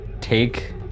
take